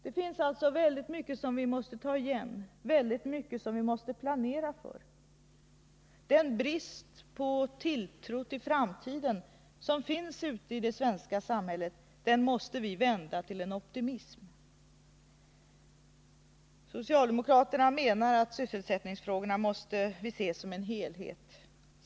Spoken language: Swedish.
Här finns alltså mycket som vi måste ta igen, mycket som vi måste planera för. Den brist på tilltro till framtiden som finns i det svenska samhället måste vändas i optimism. Socialdemokraterna menar att sysselsättningsfrågorna måste ses som en helhet.